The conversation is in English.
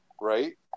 right